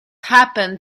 happened